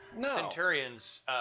centurion's